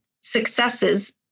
successes